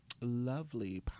lovely